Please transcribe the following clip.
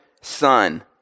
son